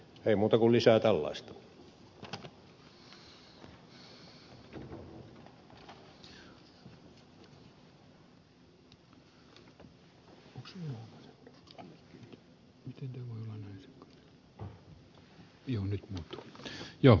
ei muuta kuin lisää tällaista